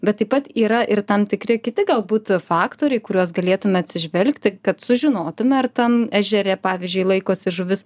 bet taip pat yra ir tam tikri kiti galbūt faktoriai kuriuos galėtume atsižvelgti kad sužinotume ar tam ežere pavyzdžiui laikosi žuvis